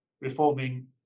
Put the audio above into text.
reforming